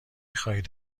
خواهید